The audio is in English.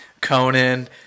Conan